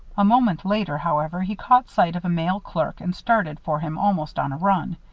a moment later, however, he caught sight of a male clerk and started for him almost on a run.